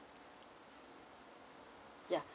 ya